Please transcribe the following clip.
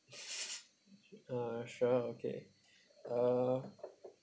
uh sure okay uh